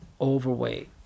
overweight